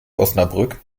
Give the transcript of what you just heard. osnabrück